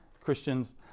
Christians